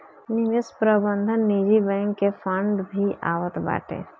निवेश प्रबंधन निजी बैंक के फंड भी आवत बाटे